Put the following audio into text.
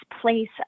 place